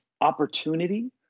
opportunity